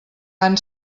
han